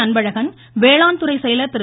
அன்பழகன் வேளாண்துறை செயலர் திரு